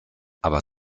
aber